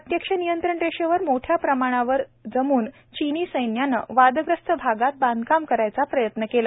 प्रत्यक्ष नियंत्रण रेषेवर मोठ्या प्रमाणावर जमून चिनी सैन्यानं वादग्रस्त भागात बांधकाम करायचा प्रयत्न केला